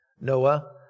Noah